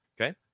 Okay